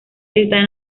esta